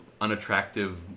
unattractive